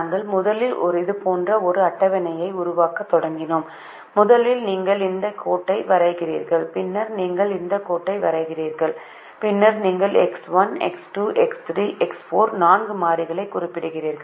நாங்கள் முதலில் இது போன்ற ஒரு அட்டவணையை உருவாக்கத் தொடங்கினோம் முதலில் நீங்கள் இந்த கோட்டை வரைகிறீர்கள் பின்னர் நீங்கள் இந்த கோட்டை வரைகிறீர்கள் பின்னர் நீங்கள் எக்ஸ் 1 எக்ஸ் 2 எக்ஸ் 3 எக்ஸ் 4 நான்கு மாறிகளை குறிப்பிடுகிறீர்கள்